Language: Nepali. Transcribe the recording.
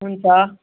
हुन्छ